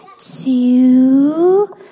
two